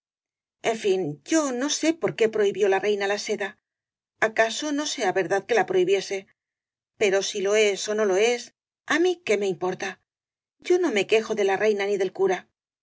en fin yo no sé por qué prohibió la reina la seda acaso no sea verdad que la prohibiese pero si lo es ó no lo es á mí qué me importa yo no me quejo de la reina ni del cura